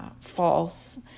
false